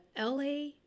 LA